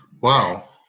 Wow